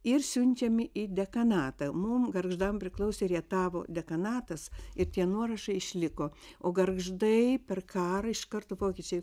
ir siunčiami į dekanatą mum gargždam priklausė rietavo dekanatas ir tie nuorašai išliko o gargždai per karą iš karto vokiečiai